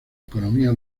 economía